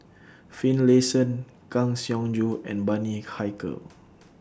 Finlayson Kang Siong Joo and Bani Haykal